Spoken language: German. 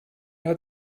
hat